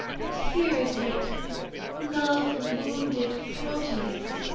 and here is writ love-wounded proteus